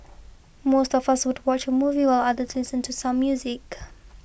most of us would watch a movie while others listen to some music